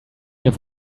have